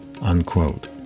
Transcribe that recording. Unquote